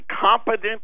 competent